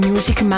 Music